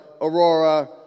Aurora